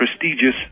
prestigious